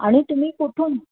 आणि तुम्ही कुठून